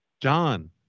John